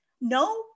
no